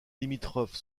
limitrophes